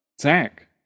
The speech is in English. Zach